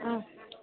অঁ